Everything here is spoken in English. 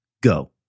go